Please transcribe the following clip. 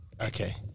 okay